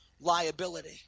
liability